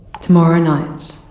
tomorrow night,